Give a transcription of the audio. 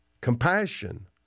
compassion